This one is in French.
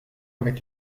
avec